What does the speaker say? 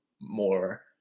more